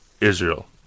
Israel